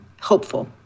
hopeful